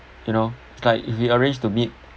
you know it's like if you arrange to meet